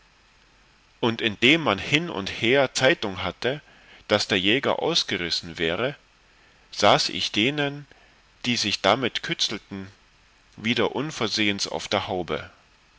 und indem man hin und her zeitung hatte daß der jäger ausgerissen wäre saß ich denen die sich damit kützelten wieder unversehens auf der haube